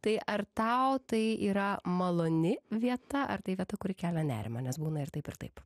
tai ar tau tai yra maloni vieta ar tai vieta kuri kelia nerimą nes būna ir taip ir taip